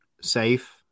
safe